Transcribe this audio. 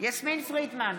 יסמין פרידמן,